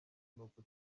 n’uko